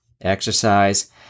exercise